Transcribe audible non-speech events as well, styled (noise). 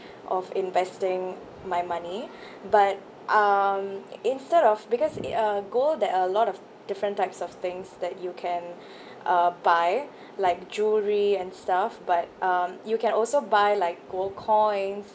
of investing my money but um instead of because i~ uh gold there are a lot of different types of things that you can (breath) uh buy like jewelry and stuff but um you can also buy like gold coins